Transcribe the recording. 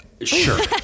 sure